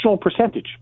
percentage